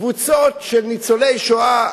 קבוצות של ניצולי שואה,